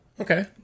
Okay